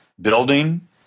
building